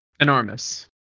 Enormous